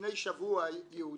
לפני שבוע יהודי,